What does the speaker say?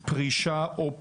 פרישה או פיטורין.